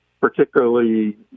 particularly